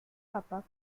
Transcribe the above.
kappa